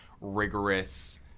rigorous –